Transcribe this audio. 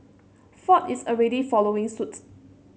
Ford is already following suit